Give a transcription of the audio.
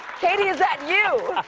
katy, is that you?